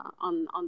on